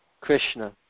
Krishna